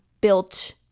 built